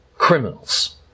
criminals